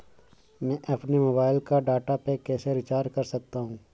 मैं अपने मोबाइल का डाटा पैक कैसे रीचार्ज कर सकता हूँ?